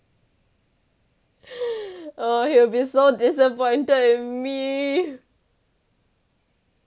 oh he will be so disappointed me